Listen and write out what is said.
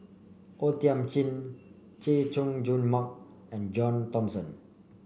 O Thiam Chin Chay Jung Jun Mark and John Thomson